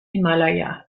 himalaya